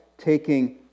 taking